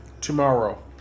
tomorrow